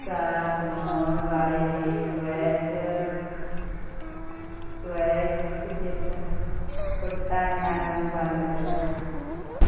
ਸਾਲ ਤੋਂ ਆਉਣ ਵਾਲੇ ਮੇਰੇ ਸਵੈਚ ਸਵੈ ਚਲਿੱਤ ਭੁਗਤਾਨਾਂ ਨੂੰ ਬੰਦ ਕਰੋ